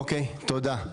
אוקיי, תודה.